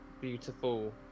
beautiful